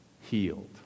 Healed